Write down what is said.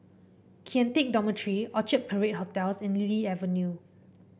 Kian Teck Dormitory Orchard Parade Hotels and Lily Avenue